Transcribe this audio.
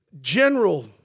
general